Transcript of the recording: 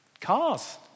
cars